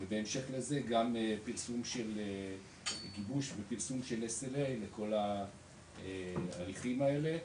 ובהמשך לזה גם פרסום של גיבוש ופרסום של SLA לכל ההליכים האלה.